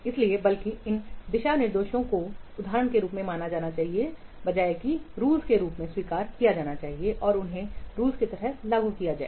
इसलिए बल्कि इन दिशानिर्देशों को उदाहरण के रूप में माना जाना चाहिए बजाय कि रूलस के रूप में स्वीकार किया जाना चाहिए कि उन्हें रूलस की तरह लागू किया जाए